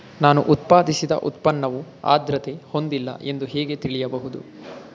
ನಾನು ಉತ್ಪಾದಿಸಿದ ಉತ್ಪನ್ನವು ಆದ್ರತೆ ಹೊಂದಿಲ್ಲ ಎಂದು ಹೇಗೆ ತಿಳಿಯಬಹುದು?